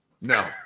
No